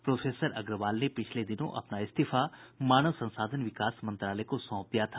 professor Agarwal ने पिछले दिनों अपना इस्तीफा मानव संसाधन विकास मंत्रालय को सौंप दिया था